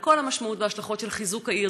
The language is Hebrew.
על כל המשמעות וההשלכות של חיזוק העיר?